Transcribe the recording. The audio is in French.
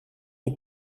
est